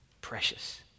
precious